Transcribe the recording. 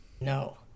No